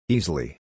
Easily